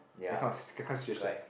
that kind of that kind of situation